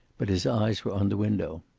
but his eyes were on the window.